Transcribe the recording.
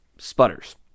Sputters